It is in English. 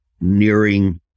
nearing